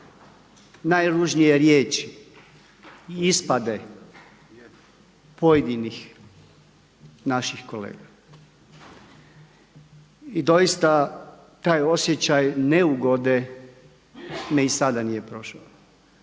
najružnije riječi i ispade pojedinih naših kolega. I doista taj osjećaj neugode me i sada nije prošao.